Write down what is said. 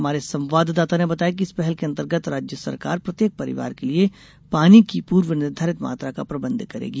हमारे संवाददाता ने बताया कि इस पहल के अंतर्गत राज्य सरकार प्रत्येक परिवार के लिए पानी की पूर्व निर्धारित मात्रा का प्रबंध करेगी